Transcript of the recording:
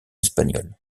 espagnole